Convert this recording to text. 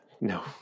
No